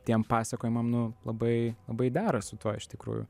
tiem pasakojimam nu labai labai dera su tuo iš tikrųjų